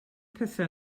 pethau